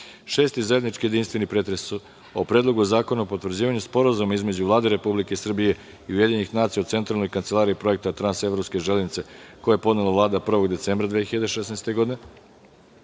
6. zajednički jedinstveni pretres o: Predlogu zakona o potvrđivanju Sporazuma između Vlade Republike Srbije i UN o Centralnoj kancelariji Projekta Trans-evropske železnice, koji je podnela Vlada 1. decembra 2016. godine,